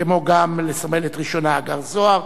כמו גם לסמלת ראשונה הגר זוהר.